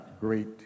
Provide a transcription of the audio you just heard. great